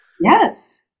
yes